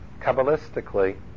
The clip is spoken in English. Kabbalistically